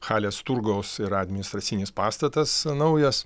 halės turgaus yra administracinis pastatas naujas